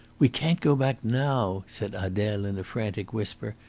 we can't go back now, said adele in a frantic whisper.